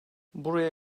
buraya